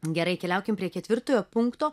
gerai keliaukim prie ketvirtojo punkto